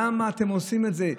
למה אתם עושים את זה?